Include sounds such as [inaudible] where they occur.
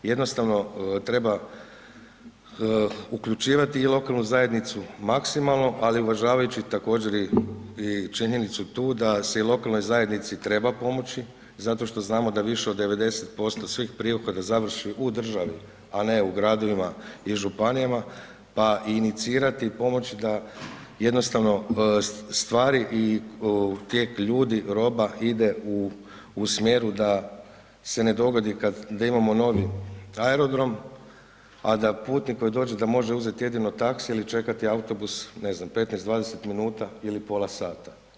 Jednostavno treba uključivati i lokalnu zajednicu maksimalno, ali uvažavajući također, i činjenicu tu da se i lokalnoj zajednici treba pomoći zato što znamo da više od 90% svih ... [unintelligible] da završi u državi, a ne u gradovima i županijama pa inicirati i pomoći da jednostavno stvari i tijek ljudi, roba ide u smjeru da se ne dogodi kad da imamo novi aerodrom, a da putnik koji dođe može uzeti jedino taksi ili čekati autobus, ne znam, 15, 20 minuta ili pola sata.